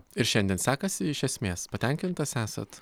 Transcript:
ir šiandien sekasi iš esmės patenkintas esat